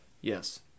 Yes